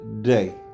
day